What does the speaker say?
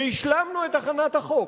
והשלמנו את הכנת החוק.